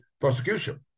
prosecution